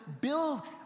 build